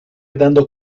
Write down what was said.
dando